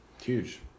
Huge